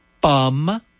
bum